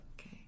Okay